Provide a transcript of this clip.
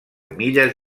milles